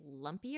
lumpier